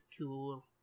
cool